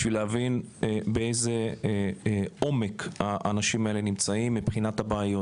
בשביל להבין באיזה עומק האנשים האלה נמצאים מבחינת הבעיות.